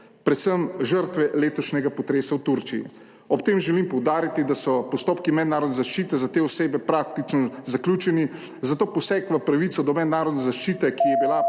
predvsem žrtve letošnjega potresa v Turčiji. Ob tem želim poudariti, da so postopki mednarodne zaščite za te osebe praktično zaključeni, zato poseg v pravico do mednarodne zaščite, / znak